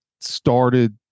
started